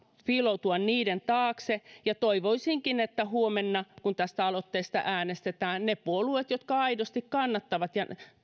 piiloutua muotoseikkojen taakse ja toivoisinkin että huomenna kun tästä aloitteesta äänestetään ne puolueet jotka aidosti kannattavat